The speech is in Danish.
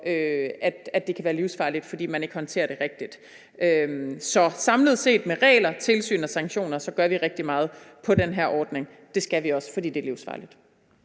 det kan være livsfarligt, fordi man ikke håndterer det rigtigt. Så samlet set gør vi med regler, tilsyn og sanktioner rigtig meget på den her ordning, og det skal vi også, fordi det er livsfarligt.